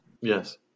Yes